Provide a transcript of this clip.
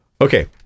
Okay